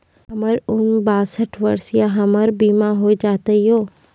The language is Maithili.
हमर उम्र बासठ वर्ष या हमर बीमा हो जाता यो?